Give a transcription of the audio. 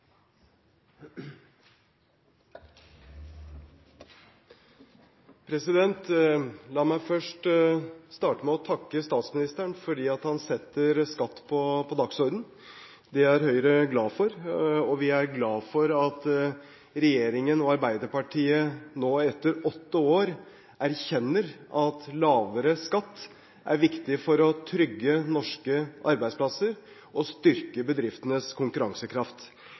hovedspørsmål. La meg først starte med å takke statsministeren for at han setter skatt på dagsordenen. Det er Høyre glad for, og vi er glad for at regjeringen og Arbeiderpartiet nå etter åtte år erkjenner at lavere skatt er viktig for å trygge norske arbeidsplasser og styrke bedriftenes konkurransekraft.